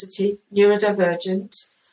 neurodivergent